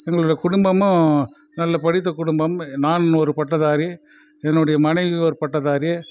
எங்களுடைய குடும்பமும் நல்ல படித்த குடும்பம் நான் ஒரு பட்டதாரி என்னுடைய மனைவி ஒரு பட்டதாரி